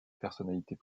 personnalités